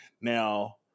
Now